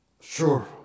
sure